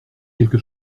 quelque